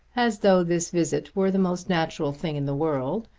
as though this visit were the most natural thing in the world,